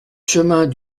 chemin